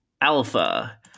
Alpha